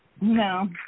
No